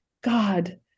God